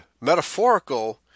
metaphorical